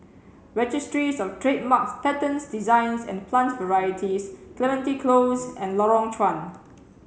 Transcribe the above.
registries of Trademarks Patents Designs and Plant Varieties Clementi Close and Lorong Chuan